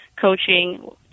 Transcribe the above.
coaching